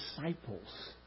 disciples